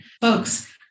folks